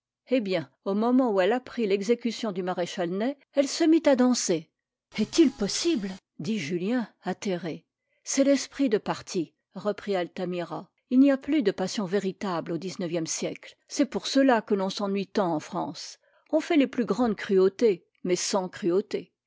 eh bien au moment où elle apprit l'exécution du maréchal ney elle se mit à danser est-il possible dit julien atterré c'est l'esprit de parti reprit altamira il n'y a plus de passions véritables au xixe siècle c'est pour cela que l'on s'ennuie tant en france on fait les plus grandes cruautés mais sans cruauté